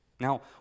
Now